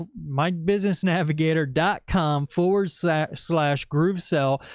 ah my business navigator dot com forward slash slash groove sell,